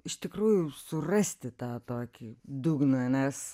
iš tikrųjų surasti tą tokį dugną nes